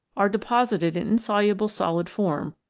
are deposited in insoluble solid form,